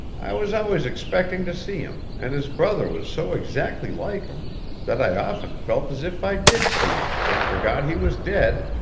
i was always expecting to see him, and his brother was so exactly like him that i often felt as if i did see him and forgot he was dead,